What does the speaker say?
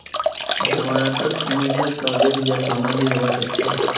जमानतत जमीनेर कागज या सोना भी हबा सकछे